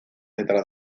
detrás